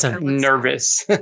nervous